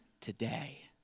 today